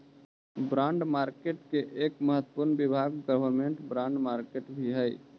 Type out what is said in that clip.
bond market के एक महत्वपूर्ण विभाग गवर्नमेंट बॉन्ड मार्केट भी हइ